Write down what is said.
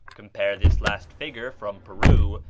compare this last figure, from peru,